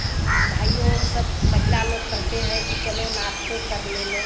भाइयों सब महिला लोग कहते हैं कि चलो नाश्ते कर लेने